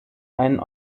einen